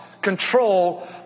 control